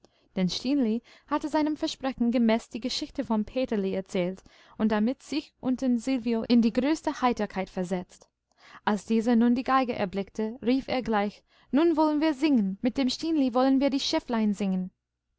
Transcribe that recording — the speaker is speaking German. denn stineli hatte seinem versprechen gemäß die geschichte vom peterli erzählt und damit sich und den silvio in die größte heiterkeit versetzt als dieser nun die geige erblickte rief er gleich nun wollen wir singen mit dem stineli wollen wir die schäflein singen